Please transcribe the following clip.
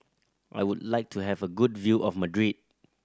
I would like to have a good view of Madrid